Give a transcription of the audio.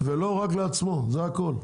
ולא רק לעצמו, זה הכול.